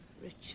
Richard